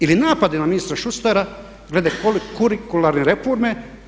Ili napadi na ministra Šustara glede Kurikularne reforme.